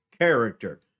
Character